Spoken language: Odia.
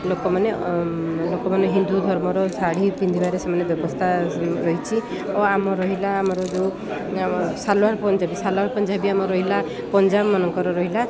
ଲୋକମାନେ ଲୋକମାନେ ହିନ୍ଦୁ ଧର୍ମର ଶାଢ଼ୀ ପିନ୍ଧିବାରେ ସେମାନେ ବ୍ୟବସ୍ଥା ରହିଛି ଓ ଆମ ରହିଲା ଆମର ଯୋଉ ଆମ ଶାଲ୍ବାର ପଞ୍ଜାବୀ ଶାଲ୍ବାର ପଞ୍ଜାବୀ ଆମର ରହିଲା ପଞ୍ଜାବୀମାନଙ୍କର ରହିଲା